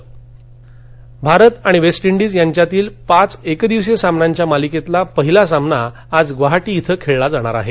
cricket Bharat आणि West Indies यांच्यातील पाच केदिवसीय सामन्यांच्या मालिकेतील पहिला सामना आज ग्वाहाटी इथं खेळला जाणार आहे